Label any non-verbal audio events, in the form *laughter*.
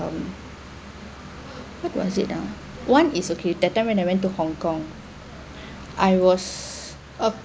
um what was it ah one is okay that time when I went to hong kong *breath* I was uh